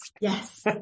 Yes